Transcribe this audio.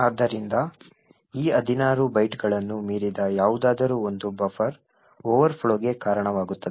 ಆದ್ದರಿಂದ ಈ 16 ಬೈಟ್ಗಳನ್ನು ಮೀರಿದ ಯಾವುದಾದರೂ ಒಂದು ಬಫರ್ ಓವರ್ಫ್ಲೋಗೆ ಕಾರಣವಾಗುತ್ತದೆ